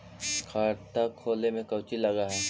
खाता खोले में कौचि लग है?